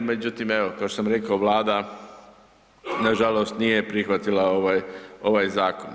Međutim, evo kao što sam rekao, Vlada nažalost nije prihvatila ovaj, ovaj zakon.